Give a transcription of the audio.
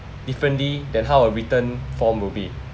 differently than how a written form will be